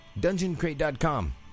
DungeonCrate.com